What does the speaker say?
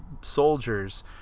soldiers